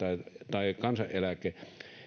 tai kansaneläke